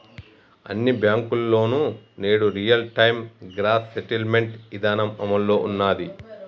అన్ని బ్యేంకుల్లోనూ నేడు రియల్ టైం గ్రాస్ సెటిల్మెంట్ ఇదానం అమల్లో ఉన్నాది